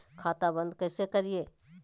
खाता बंद कैसे करिए?